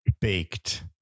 baked